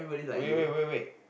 wait wait wait wait